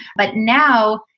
but now,